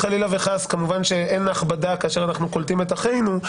כמובן שאין הכבדה כאשר אנחנו קולטים את אחינו.